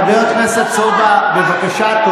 חברת הכנסת סובה, בבקשה.